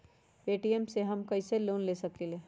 Paytm से हम कईसे लोन ले सकीले?